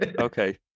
Okay